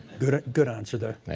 good ah good answer, there.